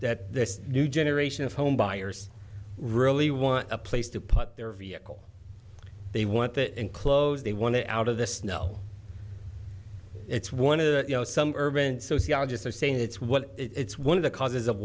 that this new generation of home buyers really want a place to put their vehicle they want that in close they want to out of the snow it's one of the you know some urban sociologists are saying it's what it's one of the causes of